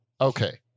Okay